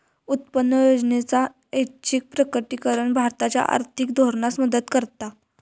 उत्पन्न योजनेचा ऐच्छिक प्रकटीकरण भारताच्या आर्थिक धोरणास मदत करता